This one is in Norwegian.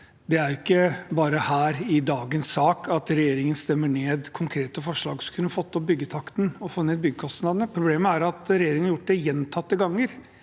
at det ikke bare er i denne saken at regjeringspartiene stemmer ned konkrete forslag som kunne fått opp byggetakten og fått ned byggekostnadene. Problemet er at regjeringspartiene har gjort det gjentatte ganger,